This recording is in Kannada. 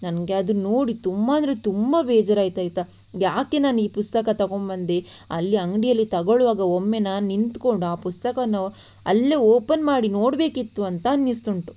ನನಗೆ ಅದು ನೋಡಿ ತುಂಬ ಅಂದರೆ ತುಂಬ ಬೇಜಾರಾಯಿತು ಆಯಿತಾ ಯಾಕೆ ನಾನು ಈ ಪುಸ್ತಕ ತಗೊಂಬಂದೆ ಅಲ್ಲಿ ಅಂಗಡಿಯಲ್ಲಿ ತಗೊಳ್ಳುವಾಗ ಒಮ್ಮೆ ನಾನು ನಿಂತುಕೊಂಡು ಆ ಪುಸ್ತಕವನ್ನು ಅಲ್ಲೇ ಓಪನ್ ಮಾಡಿ ನೋಡಬೇಕಿತ್ತು ಅಂತ ಅನ್ನಿಸ್ತುಂಟು